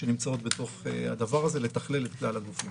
שנמצאות בתוך הדבר הזה לתכלל את כלל הגופים.